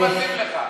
לא מתאים לך,